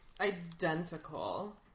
identical